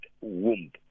womb